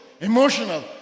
emotional